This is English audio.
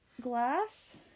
glass